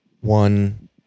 One